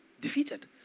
defeated